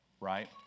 right